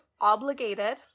obligated